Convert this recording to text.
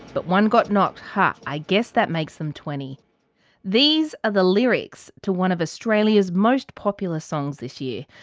but one got knocked, ha, i guess that makes them twenty these are the lyrics to one of australia's most popular songs this year.